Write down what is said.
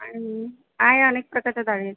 आणि आहे अनेक प्रकारच्या डाळी आहेत